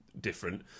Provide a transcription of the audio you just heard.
different